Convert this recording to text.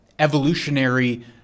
evolutionary